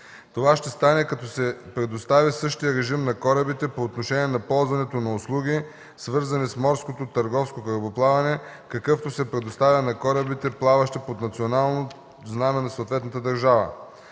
Това ще стане като се предостави същият режим на корабите по отношение на ползването на услуги, свързани с морското търговско корабоплаване, какъвто се предоставя на корабите, плаващи под национално знаме на съответната държава.